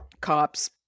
cops